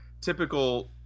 typical